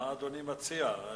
מה אדוני מציע?